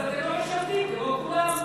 אז אתם לא משרתים כמו כולם.